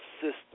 system